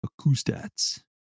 Acoustats